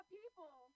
people